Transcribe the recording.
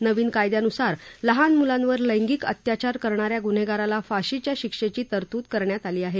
नवीन कायद्यानुसार लहान मुलांवर लैंगिक अत्याचार करणाऱ्या गुन्हेगाराला फाशीच्या शिक्षेची तरतूद करण्यात आली आहे